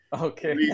Okay